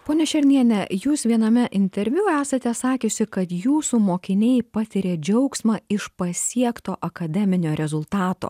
pone šerniene jūs viename interviu esate sakiusi kad jūsų mokiniai patiria džiaugsmą iš pasiekto akademinio rezultato